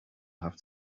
have